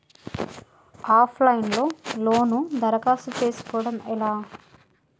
Of line లో loan దరఖాస్తు చేసుకోవడం ఎలా?